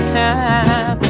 time